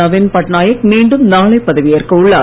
நவீன் பட்நாயக் மீண்டும் நாளை பதவியேற்க உள்ளார்